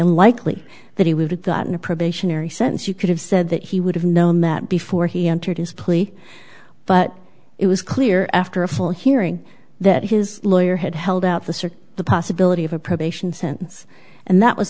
unlikely that he would have gotten a probationary sentence you could have said that he would have known that before he entered his plea but it was clear after a full hearing that his lawyer had held out the circuit the possibility of a probation sentence and that was